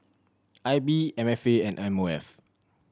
I B M F A and M O F